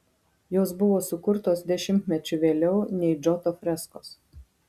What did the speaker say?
jos buvo sukurtos dešimtmečiu vėliau nei džoto freskos